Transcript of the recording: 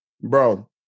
Bro